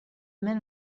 men